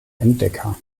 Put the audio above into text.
entdecker